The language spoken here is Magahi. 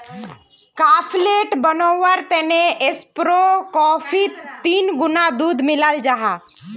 काफेलेट बनवार तने ऐस्प्रो कोफ्फीत तीन गुणा दूध मिलाल जाहा